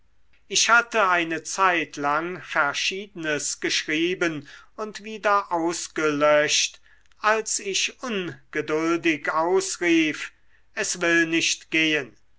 ich hatte eine zeitlang verschiedenes geschrieben und wieder ausgelöscht als ich ungeduldig ausrief es will nicht gehen